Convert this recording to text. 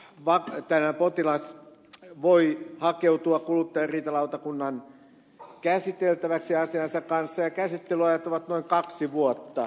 muun muassa potilas voi hakeutua kuluttajariitalautakunnan käsiteltäväksi asiansa kanssa ja käsittelyajat ovat noin kaksi vuotta